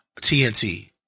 TNT